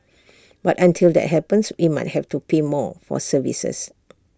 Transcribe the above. but until that happens we might have to pay more for services